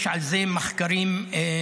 יש על זה מחקרים רבים.